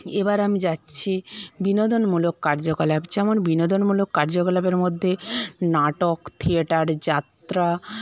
এবার আমি যাচ্ছি বিনোদনমূলক কার্যকলাপ যেমন বিনোদনমূলক কার্যকলাপের মধ্যে নাটক থিয়েটার যাত্রা